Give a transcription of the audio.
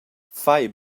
fai